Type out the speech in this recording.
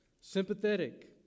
sympathetic